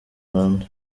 rwanda